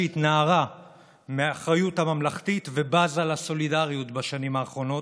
שהתנערה מהאחריות הממלכתית ובזה לסולידריות בשנים האחרונות,